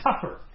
tougher